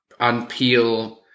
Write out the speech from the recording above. unpeel